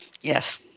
Yes